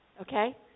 Okay